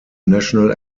national